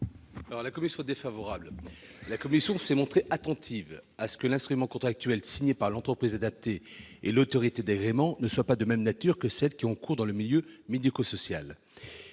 de la commission ? La commission s'est montrée attentive à ce que l'instrument contractuel signé par l'entreprise adaptée et l'autorité d'agrément ne soit pas de même nature que ceux qui ont cours dans le milieu médico-social.